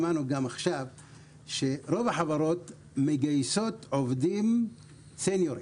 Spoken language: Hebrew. רוב החברות מגייסות עובדים סיניורים,